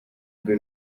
rwe